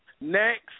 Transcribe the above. Next